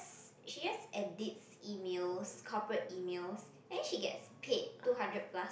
she just edits emails corporate emails and then she gets paid two hundred plus